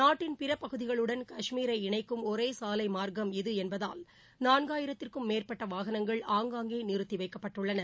நாட்டின் பிற பகுதிகளுடன் கஷ்மீரை இணைக்கும் ஒரே சாலை மார்க்கம் இது என்பதால் நான்காயிரத்திற்கும் மேற்பட்ட வாகனங்கள் ஆங்காங்கே நிறுத்தி வைக்கப்பட்டுள்ளன